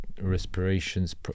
respirations